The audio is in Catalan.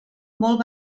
molt